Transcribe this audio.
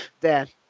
Dad